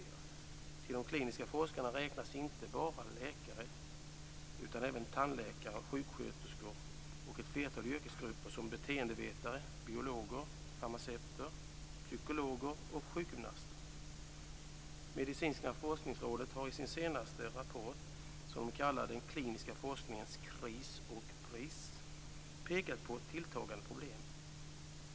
Till de kliniska forskarna räknas inte bara läkare utan även tandläkare, sjuksköterskor och ett flertal yrkesgrupper som beteendevetare, biologer, farmaceuter, psykologer och sjukgymnaster. Medicinska forskningsrådet har i sin senaste rapport om den kliniska forskningens kris och pris pekat på tilltagande problem.